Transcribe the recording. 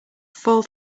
fall